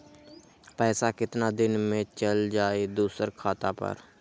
पैसा कितना दिन में चल जाई दुसर खाता पर?